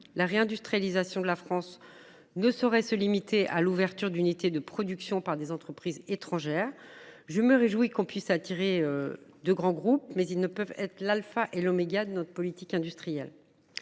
La réindustrialisation de la France ne saurait se limiter à l’ouverture d’unités de production par des entreprises étrangères. Je me réjouis que notre pays attire de grands groupes. Pour autant, leur venue ne peut constituer l’alpha et l’oméga de notre politique industrielle.